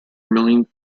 million